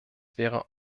wäre